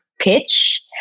pitch